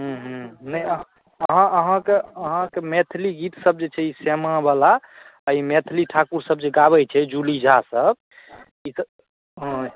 ह्म्म ह्म्म नहि अहाँ हँ अहाँके अहाँके मैथिली गीतसभ जे छै श्यामावला आ ई मैथिली ठाकुरसभ जे गाबैत छै जूली झासभ ई तऽ हँ